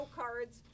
cards